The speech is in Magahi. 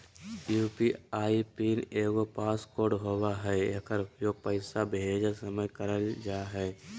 यू.पी.आई पिन एगो पास कोड होबो हइ एकर उपयोग पैसा भेजय समय कइल जा हइ